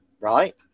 right